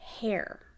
hair